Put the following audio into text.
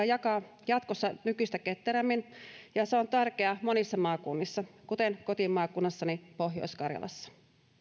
jakaa jatkossa nykyistä ketterämmin ja se on tärkeää monissa maakunnissa kuten kotimaakunnassani pohjois karjalassa